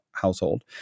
household